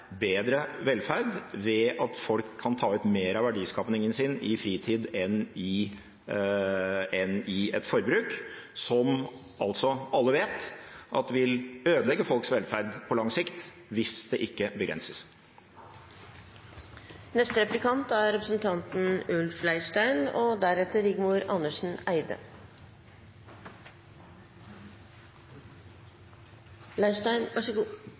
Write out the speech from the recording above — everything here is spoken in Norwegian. bedre velferd ved at folk kan ta ut mer av verdiskapingen sin i fritid enn i et forbruk, som alle vet vil ødelegge folks velferd på lang sikt hvis det ikke begrenses. Når jeg hører på representanten Hansson, undrer jeg av og til på om vi er